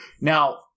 Now